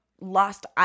lost